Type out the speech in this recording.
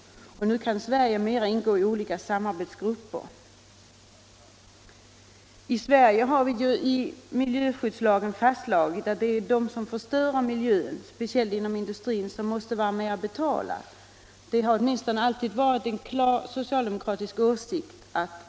Sverige kan därför numera i större utsträckning verka inom samarbetsgrupper på området. I Sverige har vi ju i miljöskyddslagen fastslagit att de som förstör miljön, speciellt industrin, skall vara med och betala de skador de ställer till med; det har åtminstone alltid varit en klar socialdemokratisk åsikt.